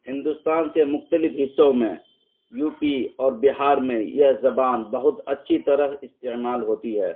ہندوستان کے مختلف حصوں میں یو پی اور بہار میں یہ زبان بہت اچھی طرح استعمال ہوتی ہے